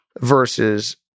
versus